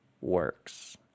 works